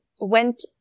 went